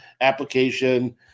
application